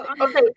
okay